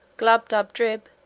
glubbdubdrib,